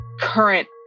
current